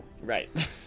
Right